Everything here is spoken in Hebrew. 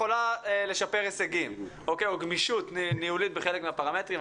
או גמישות ניהולית בחלק מהפרמטרים,